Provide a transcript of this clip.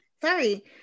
Sorry